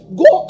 go